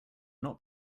not